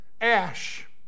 ash